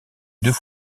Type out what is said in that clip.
deux